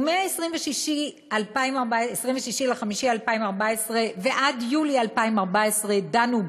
ומ-26 במאי 2014 ועד יולי 2014 דנו בו.